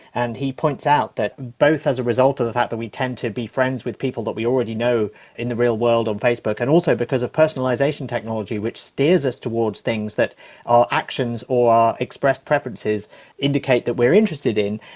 and he points out that both as a result of the fact that we tend to be friends with people that we already know in the real world on facebook and also because of personalisation technology which steers us towards things that our actions or our expressed preferences indicate that we're interested in,